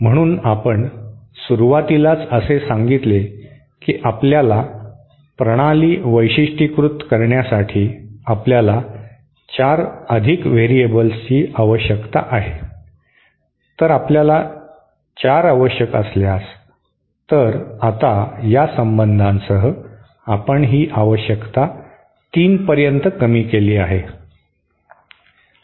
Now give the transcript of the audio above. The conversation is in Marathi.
म्हणून आपण सुरुवातीलाच असे सांगितले की आपल्याला प्रणाली वैशिष्ट्यीकृत करण्यासाठी आपल्याला 4 अधिक व्हेरिएबलची आवश्यक आहे तर आपल्याला 4 आवश्यक असल्यास तर आता या संबंधासह आपण ही आवश्यकता 3 पर्यंत कमी केली आहे